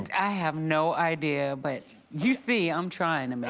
and i have no idea, but you see i'm trying to make